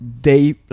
Day